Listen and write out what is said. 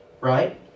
Right